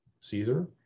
Caesar